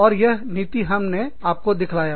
और यह नीति हमने आपको दिखलाया